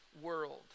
world